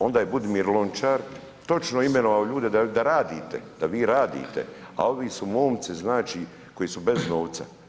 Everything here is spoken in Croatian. Onda je Budimir Lončar točno imenovao ljude da radite, da vi radite a ovi su momci znači koji su bez novca.